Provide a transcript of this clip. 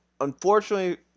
Unfortunately